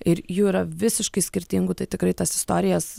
ir jų yra visiškai skirtingų tai tikrai tas istorijas